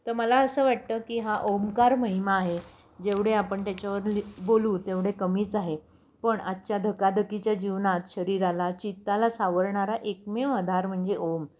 तर मला असं वाटतं की हा ओमकार महिमा आहे जेवढे आपण त्याच्यावर लि बोलू तेवढे कमीच आहे पण आजच्या धकाधकीच्या जीवनात शरीराला चित्ताला सावरणारा एकमेव आधार म्हणजे ओम